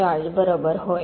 George बरोबर होय